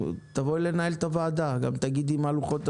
תבואי לנהל את הוועדה וגם תגידי מה לוחות הזמנים,